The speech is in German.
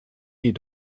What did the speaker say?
die